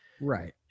Right